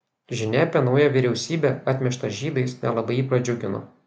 žinia apie naują vyriausybę atmieštą žydais nelabai jį pradžiugino